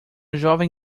jovem